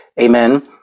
Amen